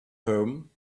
home